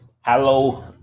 Hello